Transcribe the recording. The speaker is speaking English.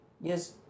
yes